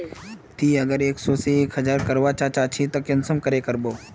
ती अगर एक सो से एक हजार करवा चाँ चची ते कुंसम करे करबो?